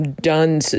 Done